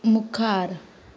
मुखार